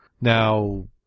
Now